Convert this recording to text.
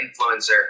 influencer